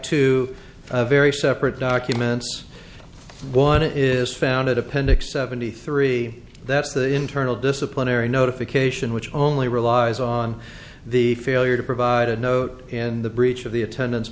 two very separate documents one is founded appendix seventy three that's the internal disciplinary notification which only relies on the failure to provide a note in the breach of the attendance